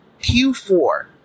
Q4